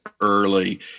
early –